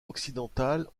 occidentale